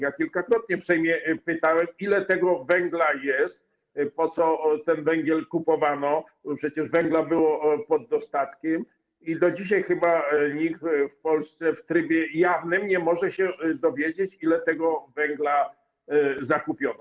Ja kilkakrotnie w Sejmie pytałem, ile tego węgla jest, po co ten węgiel kupowano, bo przecież węgla było pod dostatkiem, i do dzisiaj chyba nikt w Polsce w trybie jawnym nie może się dowiedzieć, ile tego węgla zakupiono.